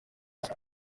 isi